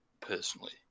personally